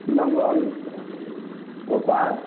ନଙ୍ଗଲ୍ କବାଟ୍